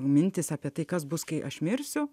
mintys apie tai kas bus kai aš mirsiu